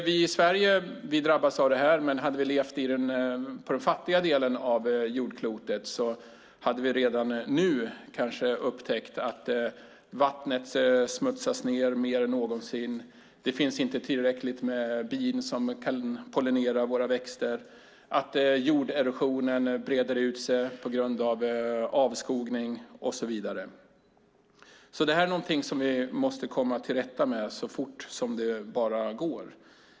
Vi i Sverige drabbas av det här, men hade vi levt på den fattiga delen av jordklotet hade vi redan nu upptäckt att vattnet smutsas ned mer är någonsin, att det inte finns tillräckligt med bin som kan pollinera våra växter, att jorderosionen breder ut sig på grund av avskogning och så vidare. Det här är någonting som vi måste komma till rätta med så fort som det bara går.